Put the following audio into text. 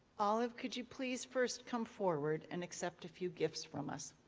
olive, could you please first come forward and accept a few gifts from us?